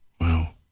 wow